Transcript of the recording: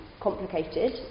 complicated